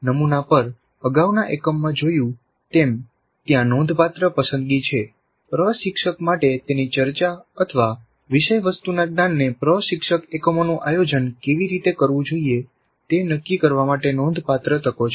નમુના પર અગાઉના એકમમાં જોયું તેમ ત્યાં નોંધપાત્ર પસંદગી છે પ્રશિક્ષક માટે તેની ચર્ચા વિષયવસ્તુના જ્ઞાનને પ્રશિક્ષક એકમોનું આયોજન કેવી રીતે કરવું જોઈએ તે નક્કી કરવા માટે નોંધપાત્ર તકો છે